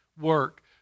work